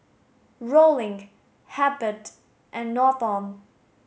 Rollin Hebert and Norton